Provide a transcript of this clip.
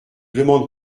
demande